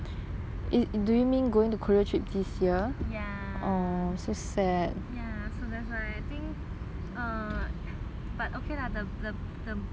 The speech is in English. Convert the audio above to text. ya ya so that's why I think err but okay lah the the the the best is just go malaysia